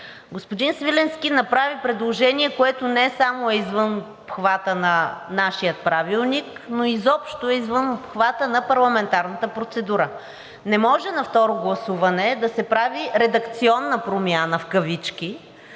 Господин Свиленски направи предложение, което не само е извън обхвата на нашия Правилник, но изобщо е извън обхвата на парламентарната процедура. Не може на второ гласуване да се прави редакционна промяна, в кавички,